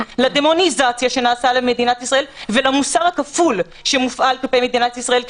לדמוניזציה שנעשית למדינת ישראל ולמוסר הכפול שמופעל כלפי מדינת ישראל.